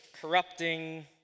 corrupting